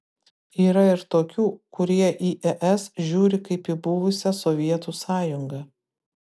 yra ir tokių kurie į es žiūri kaip į buvusią sovietų sąjungą